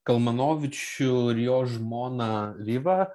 kalmanovičių ir jo žmoną rivą